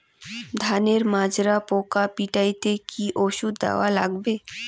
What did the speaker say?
ধানের মাজরা পোকা পিটাইতে কি ওষুধ দেওয়া লাগবে?